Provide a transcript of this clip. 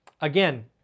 Again